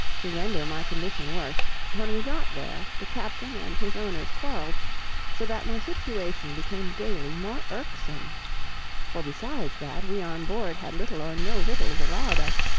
to render my condition worse, when we got there, the captain and his owners quarrelled so that my situation became daily more irksome for besides that we on board had little or no victuals allowed us,